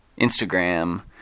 Instagram